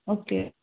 okay